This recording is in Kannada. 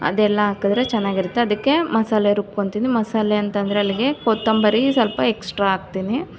ಅದೆಲ್ಲ ಹಾಕಿದ್ರೆ ಚೆನ್ನಾಗಿರುತ್ತೆ ಅದಕ್ಕೆ ಮಸಾಲೆ ರುಬ್ಕೊಳ್ತೀನಿ ಮಸಾಲೆ ಅಂತಂದ್ರೆ ಅಲ್ಲಿಗೆ ಕೊತ್ತಂಬರಿ ಸ್ವಲ್ಪ ಎಕ್ಸ್ಟ್ರಾ ಹಾಕ್ತೀನಿ